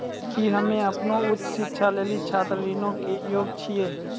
कि हम्मे अपनो उच्च शिक्षा लेली छात्र ऋणो के योग्य छियै?